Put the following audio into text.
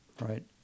right